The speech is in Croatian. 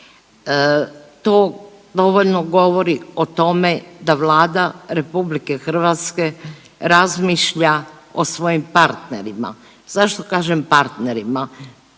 To dovoljno govori o tome da Vlada RH razmišlja o svojim partnerima. Zašto kažem partnerima,